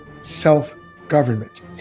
self-government